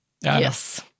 Yes